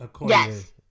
yes